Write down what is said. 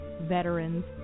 veterans